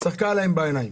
היא צחקה להם בפנים,